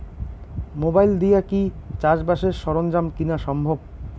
Mobile দিয়া কি চাষবাসের সরঞ্জাম কিনা সম্ভব?